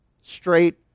Straight